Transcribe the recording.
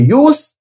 use